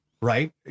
Right